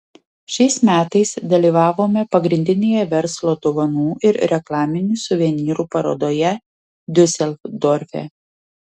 šiais metais dalyvavome pagrindinėje verslo dovanų ir reklaminių suvenyrų parodoje diuseldorfe